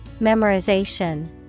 Memorization